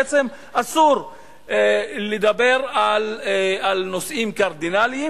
בעצם אסור לדבר על נושאים קרדינליים,